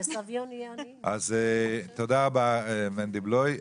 אז תודה רבה, מנדי בלויא.